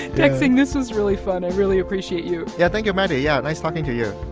tak-sing, this was really fun. i really appreciate you yeah. thank you, maddie. yeah, nice talking to you